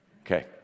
Okay